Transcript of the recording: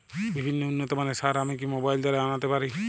বিভিন্ন উন্নতমানের সার আমি কি মোবাইল দ্বারা আনাতে পারি?